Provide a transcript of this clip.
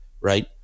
right